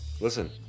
Listen